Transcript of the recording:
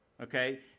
okay